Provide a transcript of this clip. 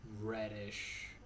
Reddish